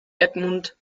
edmund